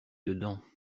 dedans